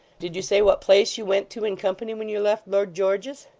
did you say what place you went to in company, when you left lord george's